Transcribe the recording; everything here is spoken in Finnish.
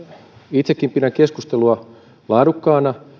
itsekin pidän keskustelua laadukkaana